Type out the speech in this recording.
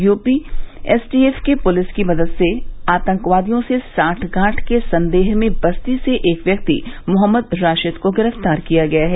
UP STF ने पूलिस की मदद से आतंकियों से साठगांठ के संदेह में बस्ती से एक व्यक्ति मोहम्मद राशिद को गिरफ्तार किया है